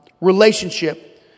relationship